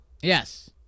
Yes